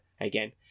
again